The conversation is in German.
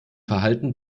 verhalten